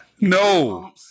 No